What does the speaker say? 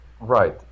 Right